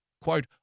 Quote